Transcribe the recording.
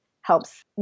helps